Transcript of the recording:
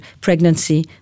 pregnancy